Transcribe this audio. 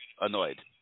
annoyed